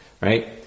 right